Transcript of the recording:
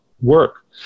work